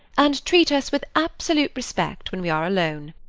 and treat us with absolute respect when we are alone.